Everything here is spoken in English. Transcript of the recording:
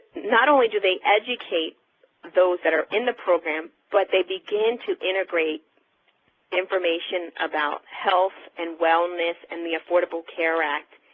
not only do they educate those that are in the program, but they begin to integrate information about health and wellness and the affordable care act